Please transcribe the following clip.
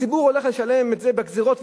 הציבור הולך לשלם את זה בגזירות.